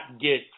get